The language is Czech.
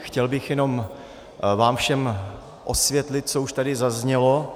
Chtěl bych jen vám všem osvětlit, co už tady zaznělo.